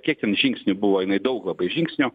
kiek ten žingsnių buvo jinai daug labai žingsnių